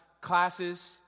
classes